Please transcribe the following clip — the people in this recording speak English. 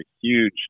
huge –